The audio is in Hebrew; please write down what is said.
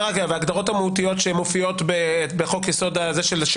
"מכלול החקיקה שעובר עכשיו בוועדת החוקה צריך לחלוף מן העולם ומהר",